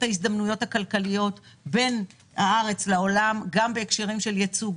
ההזדמנויות הכלכליות בין הארץ לעולם בהקשרים של ייצוא,